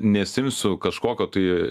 nesiimsiu kažkokio tai